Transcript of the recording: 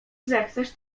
zechcesz